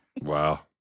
Wow